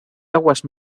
aguas